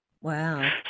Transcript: Wow